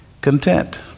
content